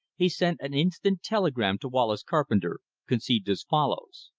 he sent an instant telegram to wallace carpenter conceived as follows